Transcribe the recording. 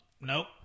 nope